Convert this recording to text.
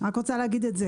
אני רק רוצה להגיד את זה.